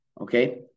okay